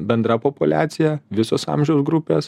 bendra populiacija visos amžiaus grupės